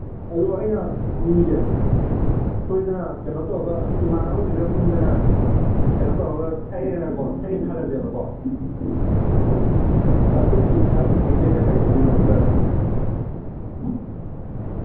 ꯑꯗꯨ ꯑꯩꯅ ꯌꯨꯁꯦ ꯁꯣꯏꯗꯅ ꯀꯩꯅꯣ ꯇꯧꯔꯒ ꯏꯃꯥꯟꯅꯕꯒꯩꯁꯤꯒ ꯄꯨꯟꯗꯅ ꯀꯩꯅꯣ ꯇꯧꯔꯒ ꯊꯛꯑꯦꯅꯀꯣ ꯊꯛꯑꯦ ꯈꯜꯂꯁꯦꯕꯀꯣ ꯑꯗꯨꯒꯤ ꯁꯥꯏꯠ ꯏꯐꯦꯛꯁꯤ ꯀꯔꯤ ꯀꯔꯤ ꯑꯣꯏꯗꯣꯏꯅꯣ ꯑꯝꯇ